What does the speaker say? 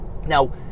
Now